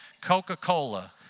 Coca-Cola